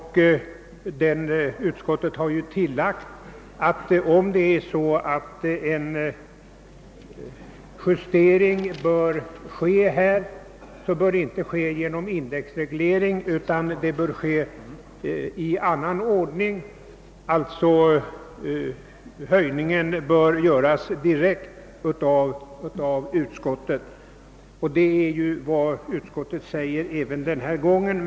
Nu liksom tidigare uttalar utskottet att om en justering behöver ske, så skall den inte göras i form av indexreglering utan i annan ordning; höjningen bör alltså genomföras genom särskilt beslut av riksdagen. Detta framgår även av årets utskottsutlåtande.